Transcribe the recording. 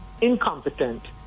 incompetent